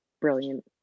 brilliant